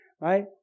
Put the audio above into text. right